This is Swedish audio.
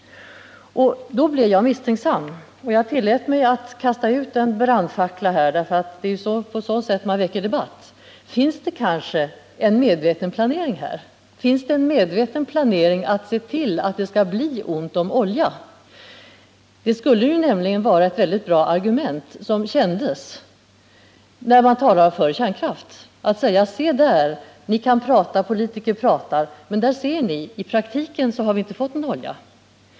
Jag blev misstänksam och tillät mig kasta ut en brandfackla här, för det är på så sätt man väcker debatt. Finns det kanske en medveten planering för att se till att det skall bli ont om olja? Det skulle ju nämligen vara ett väldigt bra argument som kändes när man talar för kärnkraft att säga: Se där! Politiker pratar, men i praktiken har vi inget annat alternativ än kärnkraften.